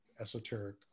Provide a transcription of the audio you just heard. esoteric